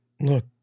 look